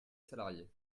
salariée